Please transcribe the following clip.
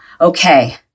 okay